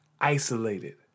isolated